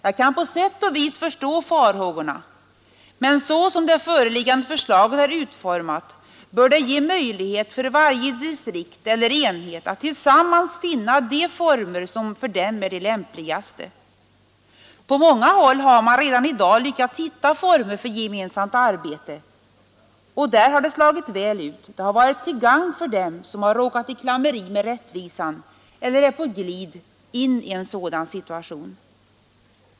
Jag kan på sätt och vis förstå de farhågorna, men så som det föreliggande förslaget är utformat bör det ge möjlighet att inom varje distrikt eller de lämpligaste. enhet tillsammans finna de samarbetsformer som dä På många håll har man redan i dag lyckats hitta former för gemensamt arbete, och där har detta slagit väl ut det har också varit till gagn för dem som har råkat i klammeri med rättvisan eller som är på glid in i en sådan situation.